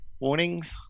warnings